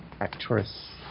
actress